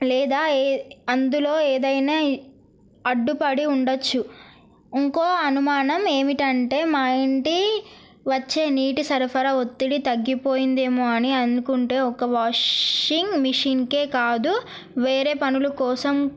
లేదా అందులో ఏదైనా అడ్డుపడి ఉండవచ్చు ఇంకో అనుమానం ఏమిటి అంటే మా ఇంటి వచ్చే నీటి సరఫరా ఒత్తిడి తగ్గిపోయిందేమో అని ఎందుకుంటే ఒక వాషింగ్ మెషిన్కే కాదు వేరే పనులు కోసం